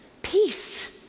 peace